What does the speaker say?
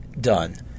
done